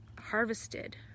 harvested